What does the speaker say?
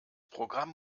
programm